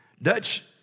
Dutch